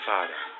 Father